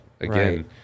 again